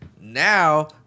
Now